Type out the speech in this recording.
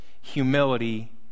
humility